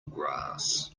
grass